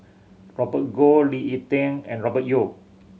Robert Goh Lee Ek Tieng and Robert Yeo